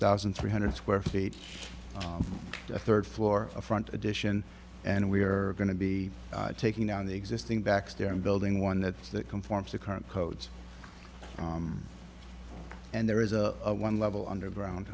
thousand three hundred square feet from the third floor front addition and we are going to be taking down the existing baxter and building one that's that conforms to current codes and there is a one level underground